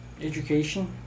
education